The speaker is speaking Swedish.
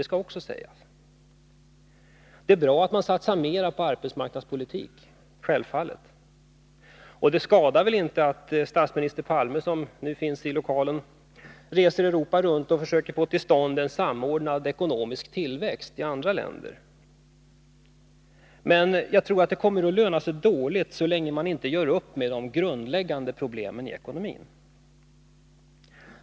Självfallet är det bra att man satsar mer på arbetsmarknadspolitik än förr. Och det skadar väl inte att statsminister Palme, som nu finns i kammaren, reser Europa runt och försöker få till stånd en samordnad ekonomisk tillväxt i andra länder. Jag tror ändå att det kommer att löna sig dåligt så länge man inte gör upp med de grundläggande problemen i ekonomin.